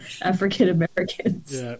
African-Americans